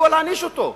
מדוע להעניש אותו?